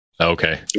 Okay